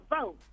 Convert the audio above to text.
vote